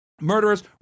murderers